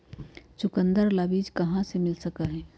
चुकंदर ला बीज कहाँ से मिल सका हई?